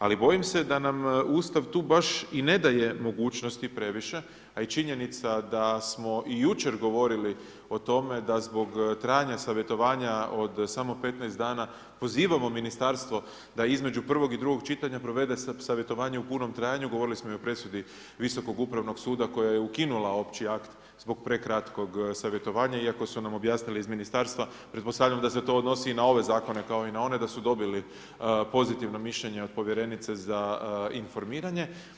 Ali bojim se da nam Ustav tu baš i ne daje mogućnosti previše, a i činjenica da smo i jučer govorili o tome da zbog trajanja savjetovanja od samo 15 dana pozivamo ministarstvo da između prvog i drugo čitanja provede savjetovanje u punom trajanju, govorili smo i o presudi Visokog upravnog suda koja je ukinula opći akt zbog prekratkog savjetovanja iako su nam objasnili iz ministarstva, pretpostavljam da se to odnosi i na ove zakone kao i na one da su dobili pozitivno mišljenje od povjerenice za informiranje.